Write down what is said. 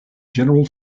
general